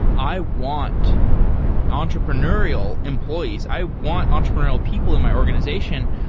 i want entrepreneurial employees. i want entrepreneurial people in my organization.